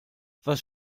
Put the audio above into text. was